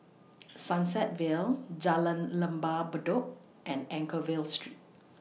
Sunset Vale Jalan Lembah Bedok and Anchorvale Street